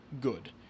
good